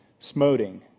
smoting